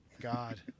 god